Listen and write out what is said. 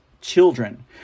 children